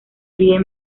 ríe